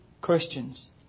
Christians